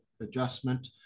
adjustment